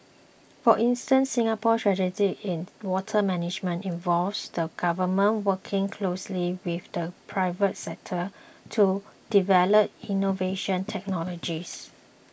for instance Singapore's strategy in water management involves the Government working closely with the private sector to develop innovative technologies